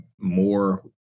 more